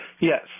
Yes